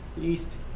east